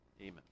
amen